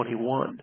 $21